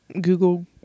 Google